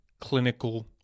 clinical